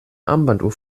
armbanduhr